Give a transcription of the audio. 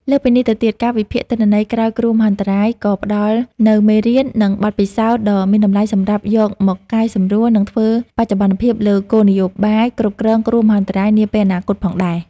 លើសពីនេះទៅទៀត ការវិភាគទិន្នន័យក្រោយគ្រោះមហន្តរាយក៏ផ្តល់នូវមេរៀន និងបទពិសោធន៍ដ៏មានតម្លៃសម្រាប់យកមកកែសម្រួល និងធ្វើបច្ចុប្បន្នភាពលើគោលនយោបាយគ្រប់គ្រងគ្រោះមហន្តរាយនាពេលអនាគតផងដែរ។